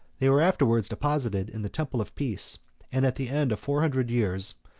they were afterwards deposited in the temple of peace and at the end of four hundred years,